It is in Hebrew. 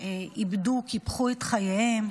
איבדו, קיפחו את חייהם.